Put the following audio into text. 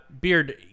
beard